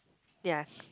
yea